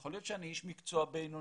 יכול להיות שאני איש מקצוע בינוני,